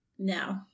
No